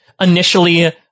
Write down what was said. initially